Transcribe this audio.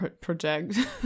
project